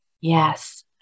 Yes